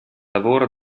lavoro